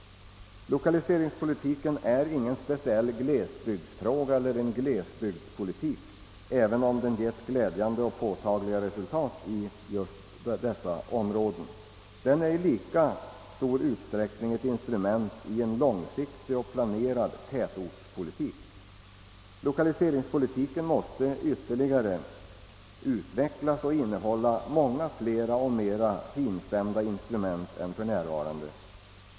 Lokaliseringspolitiken är ingen speciell glesbygdspolitik, även om den givit glädjande och påtagliga resultat just i glesbygderna. Den är i lika stor utsträckning ett instrument i en långsiktig och planerad tätortspolitik. Lokaliseringspolitiken måste ytterligare utvecklas och innehålla många fler och mera finstämda instrument än för närvarande.